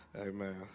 Amen